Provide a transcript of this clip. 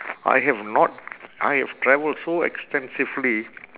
I have not I have travelled so extensively